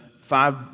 five